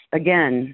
again